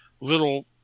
little